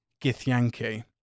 Githyanki